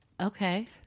Okay